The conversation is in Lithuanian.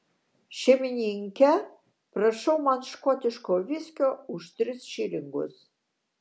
šeimininke prašau man škotiško viskio už tris šilingus